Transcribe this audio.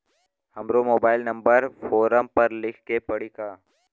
हमरो mobile number forum पर लिखे के पड़ी का?